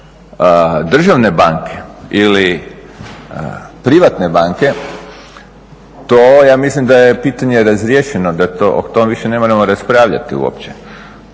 državne banke ili privatne banke to ja mislim da je pitanje razriješeno da o tom više ne moramo raspravljati uopće.